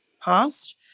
past